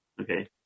Okay